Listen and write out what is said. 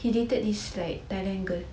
he dated this like thailand girl